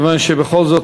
כיוון שבכל זאת,